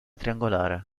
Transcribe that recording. triangolare